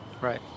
Right